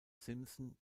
simpson